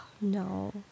No